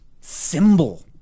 symbol